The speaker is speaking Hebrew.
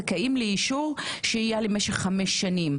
זכאים לאישור שהייה למשך חמש שנים,